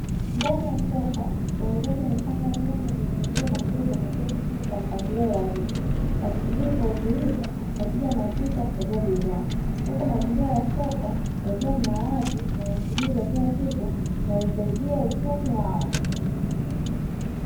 Ndani ya soko wauzaji wamepanga nyanya vitunguu na mboga za majani chini kwa mpangilio rahisi wakisubiri kwa utulivu wateja wanaopita kuchagua bidhaa huku mazingira ya soko yakiwa ni ya wazi na ni shughuli za kila siku unanisaidia uchumi wao.